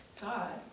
God